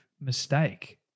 mistake